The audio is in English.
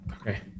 Okay